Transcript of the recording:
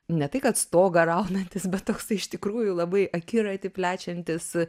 ne tai kad stogą raunantis bet toksai iš tikrųjų labai akiratį plečiantis